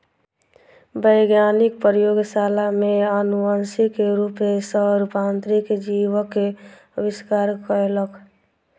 वैज्ञानिक प्रयोगशाला में अनुवांशिक रूप सॅ रूपांतरित जीवक आविष्कार कयलक